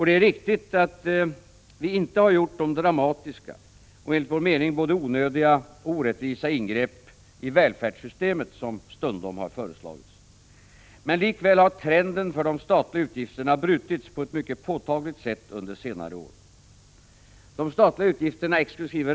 Det är riktigt att vi inte gjort de dramatiska, och enligt vår mening både onödiga och orättvisa, ingrepp i välfärdssystemet som stundom föreslagits. Men likväl har trenden för de statliga utgifterna brutits på ett mycket påtagligt sätt under senare år. De statliga utgifterna exkl.